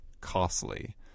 costly